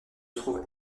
trouve